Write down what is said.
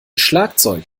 schlagzeug